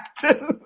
captain